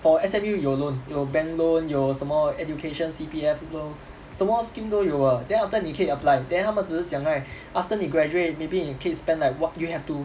for S_M_U 有 loan 有 bank loan 有什么 education C_P_F loan 什么 scheme 都有的 then after that 你可以 apply then 他们只是讲 right after 你 graduate maybe 你可以 spend like what you have to